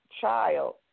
child